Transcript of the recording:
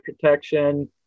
protection